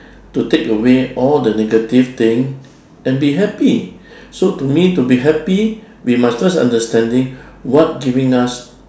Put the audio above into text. to take away all the negative thing and be happy so to me to be happy we must first understanding what giving us